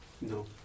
No